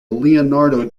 leonardo